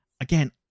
Again